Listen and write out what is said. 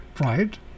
Right